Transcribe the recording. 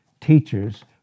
teachers